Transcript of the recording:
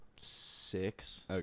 six